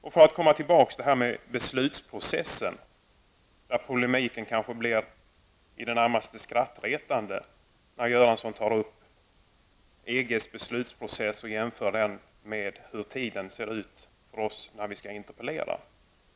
Jag vill återanknyta till detta med beslutsprocessen, där polemiken blir i det närmaste skrattretande när Bengt Göransson tar upp EGs beslutsprocess och jämför den med statsrådens taletid vid frågedebatter.